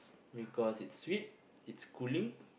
because it's sweet it's cooling